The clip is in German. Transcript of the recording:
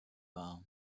wahr